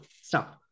stop